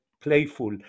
playful